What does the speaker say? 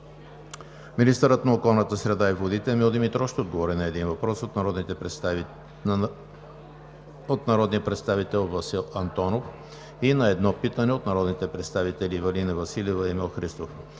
министърът на околната среда и водите Емил Димитров ще отговори на един въпрос от народния представител Васил Антонов и на едно питане от народните представители Ивелина Василева и Емил Христов;